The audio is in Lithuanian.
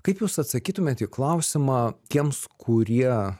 kaip jūs atsakytumėt į klausimą tiems kurie